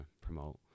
promote